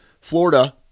Florida